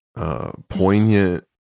Poignant